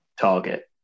target